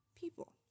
people